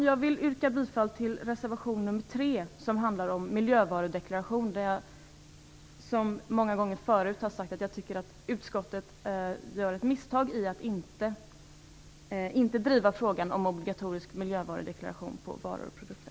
Jag vill yrka bifall till reservation nr 3, som handlar om miljövarudeklaration. Här tycker jag, såsom jag många gånger förut har sagt, att utskottet gör ett misstag i att inte driva frågan om obligatorisk miljövarudeklaration på varor och produkter.